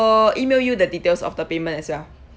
~ill email you the details of the payment as well